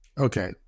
Okay